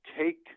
take